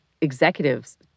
executives